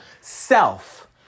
self